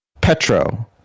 petro